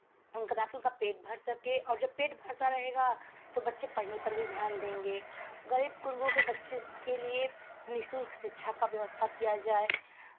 उनका ताकि कि उनका पेट भर सकें और जब पेट भरता रहेगा तो बच्चे पढ़ने पर भी ध्यान देंगे गरीब कुनबों के बच्चे के लिए निःशुल्क शिक्षा का व्यवस्था किया जाय